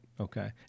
Okay